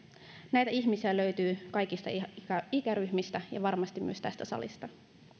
näitä ihmisiä löytyy kaikista ikäryhmistä ja varmasti myös tästä salista